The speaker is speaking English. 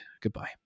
goodbye